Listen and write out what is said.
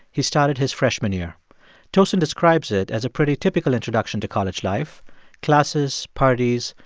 he started his freshman year tosin describes it as a pretty typical introduction to college life classes, parties,